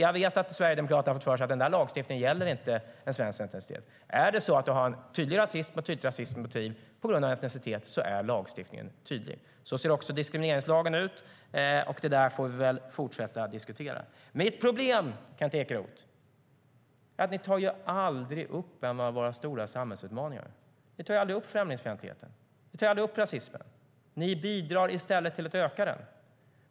Jag vet att Sverigedemokraterna har fått för sig att lagstiftningen inte gäller svensk etnicitet. Om du har ett tydligt rasistiskt motiv på grund av etnicitet är lagstiftningen tydlig. Diskrimineringslagen ser också ut på det sättet. Det får vi väl fortsätta diskutera. Mitt problem, Kent Ekeroth, är att ni aldrig tar upp en av våra samhällsutmaningar. Ni tar aldrig upp främlingsfientligheten. Ni tar aldrig upp rasismen. Ni bidrar i stället till att öka den.